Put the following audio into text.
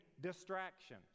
distraction